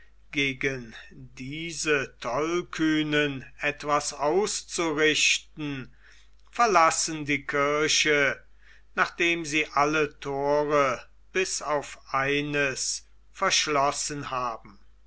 gegen diese tollkühnen etwas auszurichten verlassen die kirche nachdem sie alle thore bis auf eines verschlossen haben